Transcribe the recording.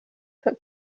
took